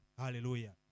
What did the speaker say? Hallelujah